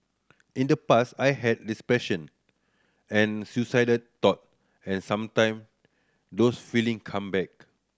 in the past I had depression and suicidal thought and sometime those feeling come back